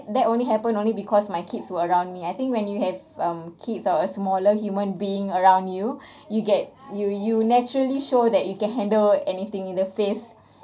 that only happen only because my kids were around me I think when you have um kids or a smaller human being around you you get you you naturally show that you can handle anything in the face